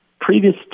previous